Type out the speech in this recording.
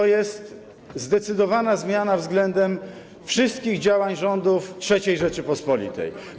To jest zdecydowana zmiana względem wszystkich działań rządów III Rzeczypospolitej.